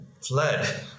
fled